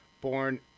born